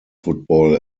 football